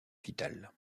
vital